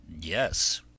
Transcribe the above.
Yes